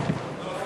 בעד,